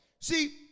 See